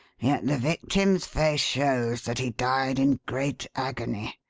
yet the victim's face shows that he died in great agony,